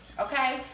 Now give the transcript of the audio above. Okay